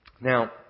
Now